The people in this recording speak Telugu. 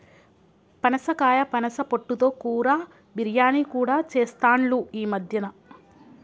పనసకాయ పనస పొట్టు తో కూర, బిర్యానీ కూడా చెస్తాండ్లు ఈ మద్యన